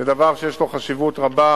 זה דבר שיש לו חשיבות רבה